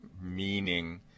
meaning